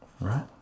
right